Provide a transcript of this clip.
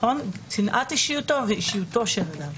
צנעת אישיותו ואישיותו של אדם.